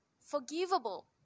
forgivable